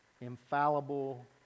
infallible